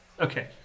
okay